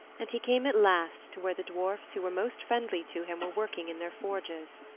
and he came at last to where the dwarfs who were most friendly to him were working in their forges.